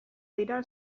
dira